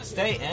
Stay